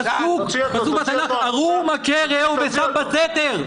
יש פסוק בתנ"ך "ארור מכה רעהו ושם בסתר".